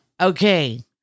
Okay